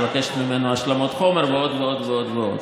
מבקשת ממנו השלמות חומר ועוד ועוד ועוד.